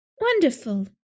Wonderful